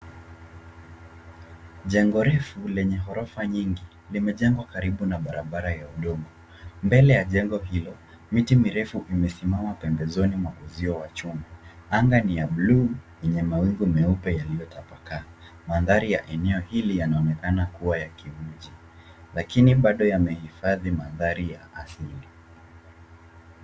Jengo refu lenye ghorofa nyingi limejengwa karibu na barabara ya udongo. Mbele ya jengo hilo, miti mirefu imesimama pembezoni wa uzio wa chuma. Anga ni ya bluu yenye mawingu meupe yaliyotapakaa. Mandhari ya eneo hili yanaonekana kuwa ya kimji lakini bado yamehifadhi mandhari ya asili.